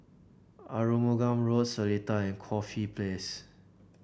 Arumugam Road Seletar and Corfe Place